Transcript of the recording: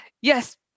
yes